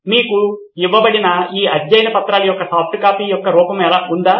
కాబట్టి మీకు ఇవ్వబడిన ఈ అధ్యయన పత్రాలు యొక్క సాఫ్ట్ కాపీ యొక్క రూపం ఉందా